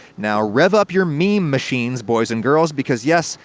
now rev up your meme machines, boys and girls, because yes,